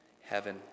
Heaven